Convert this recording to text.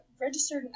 registered